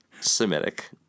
Semitic